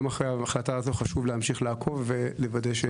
אני חושב שגם אחרי ההחלטה חשוב להמשיך לעקוב ולוודא.